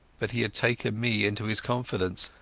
but he had taken me into his confidence,